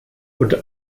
und